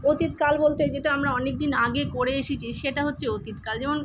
অতীতকাল বলতে যেটা আমরা অনেক দিন আগে করে এসেছি সেটা হচ্ছে অতীতকাল যেমন